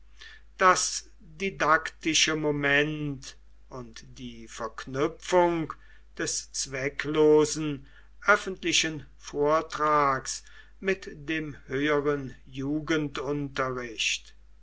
das didaktische moment und die verknüpfung des zwecklosen öffentlichen vortrags mit dem höheren